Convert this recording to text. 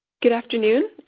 good afternoon.